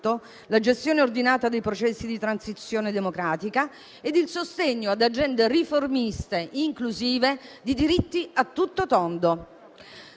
la gestione ordinata dei processi di transizione democratica e il sostegno ad agende riformiste inclusive di diritti a tutto tondo.